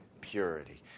purity